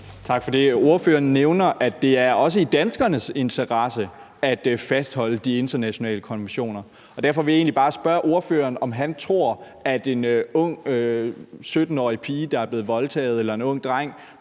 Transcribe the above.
Tak for det. Ordføreren nævner, at det også er i danskernes interesse at fastholde de internationale konventioner. Derfor vil jeg egentlig bare spørge ordføreren, om han tror, at en ung 17-årig pige, der er blevet voldtaget, eller en ung dreng,